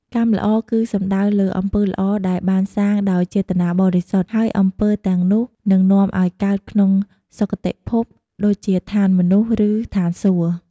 កម្មល្អ គឺសំដៅលើអំពើល្អដែលបានសាងដោយចេតនាបរិសុទ្ធ ហើយអំពើទាំងនោះនឹងនាំឲ្យកើតក្នុងសុគតិភព ដូចជាឋានមនុស្ស ឬឋានសួគ៌។